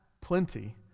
plenty